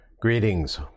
Greetings